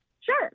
sure